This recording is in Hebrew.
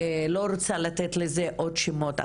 אני לא רוצה לתת לזה עוד שמות.